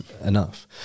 enough